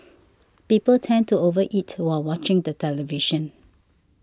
people tend to over eat while watching the television